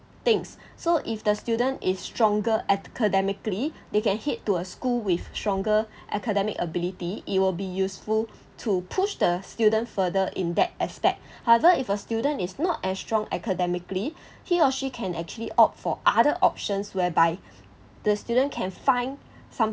things so if the student is stronger academically they can heed to a school with stronger academic ability it'll be useful to push the student further in that aspect however if a student is not as strong academically he or she can actually opt for other options whereby the student can find something